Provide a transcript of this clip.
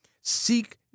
Seek